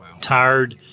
tired